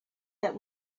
that